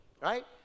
Right